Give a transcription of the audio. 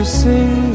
sing